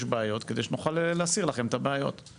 וגם